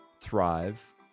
thrive